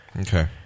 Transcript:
Okay